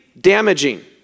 damaging